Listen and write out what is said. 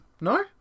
no